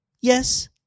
Yes